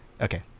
Okay